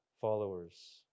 followers